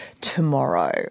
tomorrow